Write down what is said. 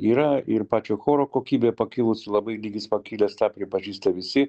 yra ir pačio choro kokybė pakilusi labai lygis pakilęs tą pripažįsta visi